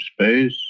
space